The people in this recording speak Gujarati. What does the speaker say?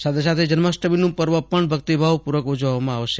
સાથેસાથે જન્માષ્ટમીનું પર્વ પણ ભક્તિભાવ પૂર્વક ઉજવવામાં આવશે